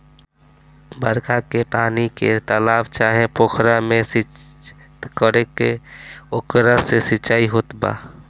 बरखा के पानी के तालाब चाहे पोखरा में संचित करके ओकरा से सिंचाई होत बा